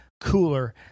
cooler